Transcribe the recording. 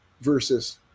versus